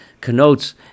connotes